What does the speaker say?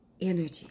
energy